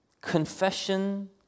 Confession